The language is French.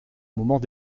moment